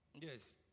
Yes